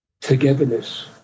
togetherness